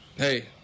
Hey